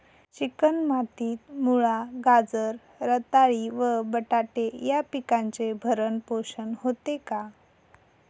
Chicken मातीत मुळा, गाजर, रताळी व बटाटे या पिकांचे भरण पोषण होते का?